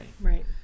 Right